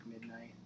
midnight